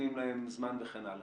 נותנים זמן וכן הלאה.